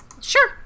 sure